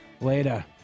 Later